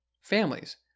Families